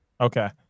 Okay